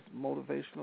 motivational